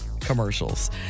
commercials